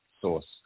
source